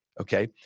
Okay